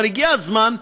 אבל הגיע הזמן,